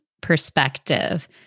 perspective